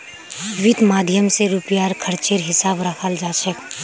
वित्त माध्यम स रुपयार खर्चेर हिसाब रखाल जा छेक